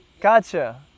Gotcha